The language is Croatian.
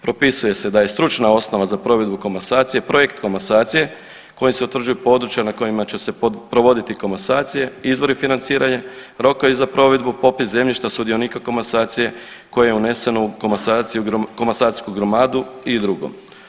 Propisuje se da je stručna osnova za provedbu komasacije projekt komasacije kojim se utvrđuju područja na kojima će se provoditi komasacije, izvori financiranja, rokovi za provedbu, popis zemljišta sudionika komasacije koje je uneseno u komasacijsku gromadu i drugo.